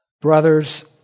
Brothers